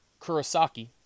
Kurosaki